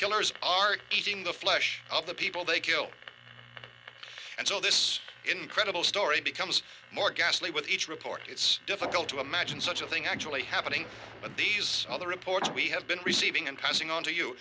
killers are eating the flesh of the people they kill and so this incredible story becomes more ghastly with each report it's difficult to imagine such a thing actually happening but these are the reports we have been receiving and passing on to you